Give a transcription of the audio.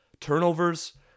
turnovers